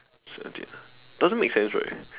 seventeen ah doesn't make sense right